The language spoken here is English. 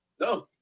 No